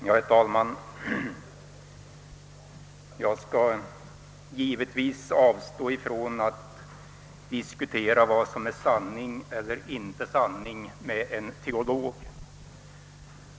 Herr talman! Jag skall givetvis avstå från att diskutera vad som är sanning eller inte sanning med en teolog.